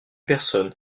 personne